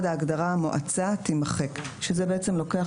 (1)ההגדרה "המועצה" תימחק," זה בעצם לוקח